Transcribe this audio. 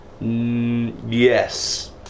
yes